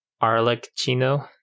Arlecchino